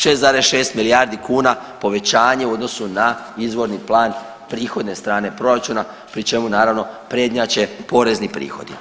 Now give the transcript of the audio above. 6,6 milijardi kuna povećanje u odnosu na izvorni plan prihodne strane proračuna pri čemu naravno prednjače porezni prihodi.